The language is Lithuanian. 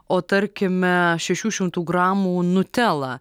o tarkime šešių šimtų gramų nutela